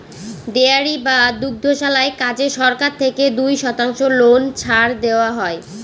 dairy বা দুগ্ধশালার কাজে সরকার থেকে দুই শতাংশ লোন ছাড় দেওয়া হয়